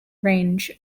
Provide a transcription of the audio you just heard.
range